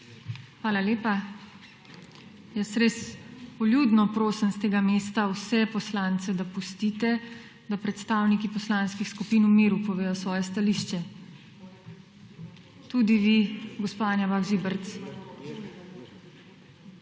Hvala lepa. Jaz res vljudno prosim iz tega mesta vse poslance, da pustite, da predstavniki poslanskih skupin v miru povedo svoje stališče, tudi vi gospa Anja Bah Žibert.